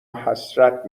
حسرت